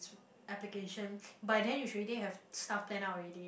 s~ application by then you should already have stuff planned out already